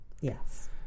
Yes